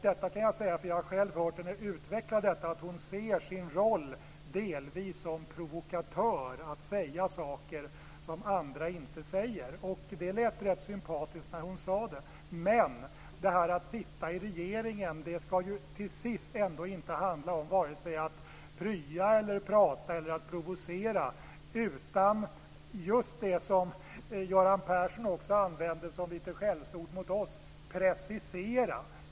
Detta kan jag säga därför att jag har själv hört henne utveckla detta, att hon ser sin roll delvis som provokatör, att säga saker som andra inte säger. Det lät rätt sympatiskt när hon sade det, men detta att sitta i regeringen skall till sist inte handla om vare sig att prya, att prata eller att provocera, utan om just det som Göran Persson också använde som ett skällsord mot oss, nämligen "precisera".